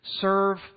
serve